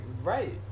Right